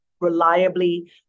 reliably